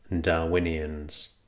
Darwinians